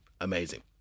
amazing